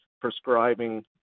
prescribing